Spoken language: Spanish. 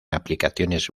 aplicaciones